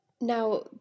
Now